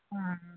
हँ